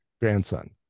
grandson